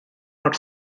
out